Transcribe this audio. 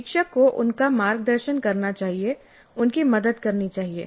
प्रशिक्षक को उनका मार्गदर्शन करना चाहिए उनकी मदद करनी चाहिए